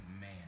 Man